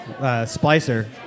splicer